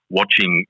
watching